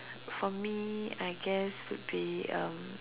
for me I guess would be um